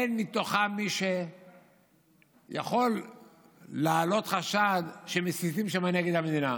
אין בתוכם מי שיכול להעלות חשד שמסיתים שם נגד המדינה.